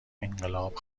انقلاب